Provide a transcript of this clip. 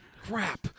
crap